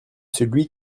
celui